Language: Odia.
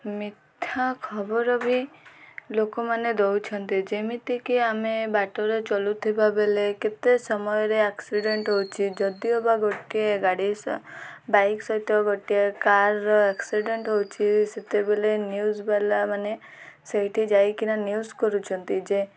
ମିଥ୍ୟା ଖବର ବି ଲୋକମାନେ ଦେଉଛନ୍ତି ଯେମିତିକି ଆମେ ବାଟରେ ଚଲୁ ଥିବା ବେଳେ କେତେ ସମୟରେ ଆକ୍ସିଡ଼େଣ୍ଟ୍ ହେଉଛି ଯଦିଓ ବା ଗୋଟିଏ ଗାଡ଼ି ସହ ବାଇକ୍ ସହିତ ଗୋଟିଏ କାର୍ର ଆକ୍ସିଡ଼େଣ୍ଟ୍ ହେଉଛି ସେତେବେଳେ ନ୍ୟୁଜ୍ ବାଲା ମାନେ ସେଇଠି ଯାଇକିନା ନ୍ୟୁଜ୍ କରୁଛନ୍ତି ଯେ